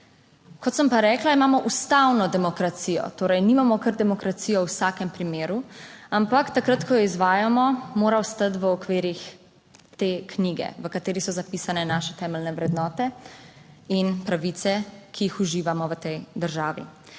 Kot sem pa rekla, imamo ustavno demokracijo. Torej nimamo kar demokracije v vsakem primeru, ampak takrat, ko jo izvajamo, mora ostati v okvirih te knjige, v kateri so zapisane naše temeljne vrednote in pravice, ki jih uživamo v tej državi.